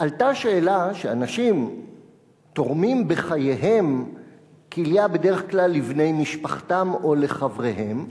עלתה השאלה שאנשים תורמים כליה בחייהם בדרך כלל לבני משפחתם או לחבריהם.